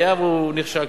היה והוא נכשל,